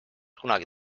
kunagi